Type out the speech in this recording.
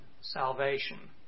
salvation